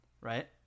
right